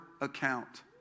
account